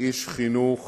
חינוך